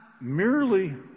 merely